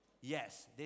Yes